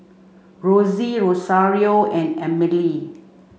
Rossie Rosario and Amelie